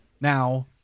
Now